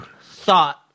thought